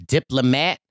Diplomat